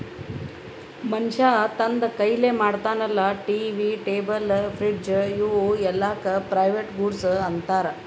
ಮನ್ಶ್ಯಾ ತಂದ್ ಕೈಲೆ ಮಾಡ್ತಾನ ಅಲ್ಲಾ ಟಿ.ವಿ, ಟೇಬಲ್, ಫ್ರಿಡ್ಜ್ ಇವೂ ಎಲ್ಲಾಕ್ ಪ್ರೈವೇಟ್ ಗೂಡ್ಸ್ ಅಂತಾರ್